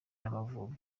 n’amavubi